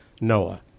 Noah